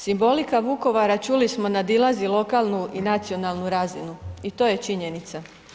Simbolika Vukovara, čuli smo, nadilazi lokalnu i nacionalnu razinu i to je činjenica.